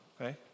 okay